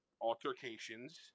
altercations